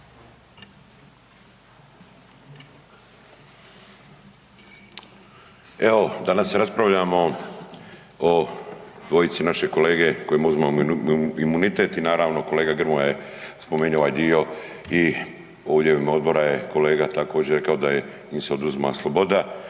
Evo danas raspravljamo o dvojici naše kolege kojima uzimamo imunitet i naravno kolega Grmoja je spomenuo ovaj dio i ovdje u ime odbora je kolega također rekao da im se oduzima sloboda